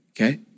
Okay